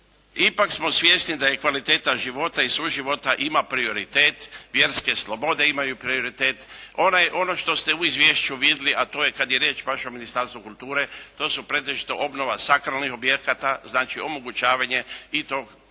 Ipak smo svjesni da je kvaliteta života i suživota ima prioritet, vjerske slobode imaju prioritet. Ono što ste u izvješću vidjeli, a to je kada je riječ o vašem Ministarstvu kulture, to su pretežito obnova sakralnih objekata, znači omogućavanje i tog